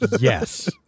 Yes